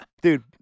Dude